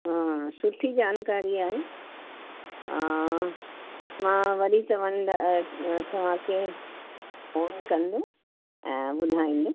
हा सुठी जानकारी आहे मां वरी चवनि तव्हांखे फोन कंदमि ऐं ॿुधाईंदमि